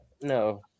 No